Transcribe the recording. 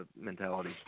mentality